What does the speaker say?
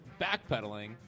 backpedaling